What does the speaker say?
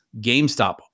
GameStop